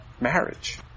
marriage